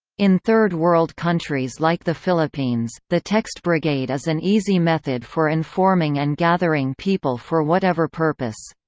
in third-world countries like the philippines, the text brigade is an easy method for informing and gathering people for whatever purpose.